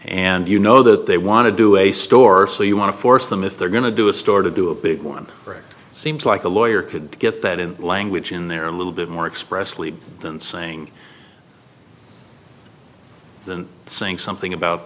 and you know that they want to do a store so you want to force them if they're going to do a store to do a big one or it seems like a lawyer could get that in language in there a little bit more expressly than saying then saying something about